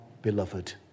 beloved